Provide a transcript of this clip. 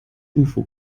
ufo